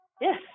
Yes